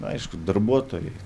aišku darbuotojai